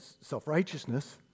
self-righteousness